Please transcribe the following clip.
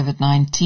COVID-19